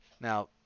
Now